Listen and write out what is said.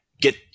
get